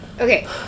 Okay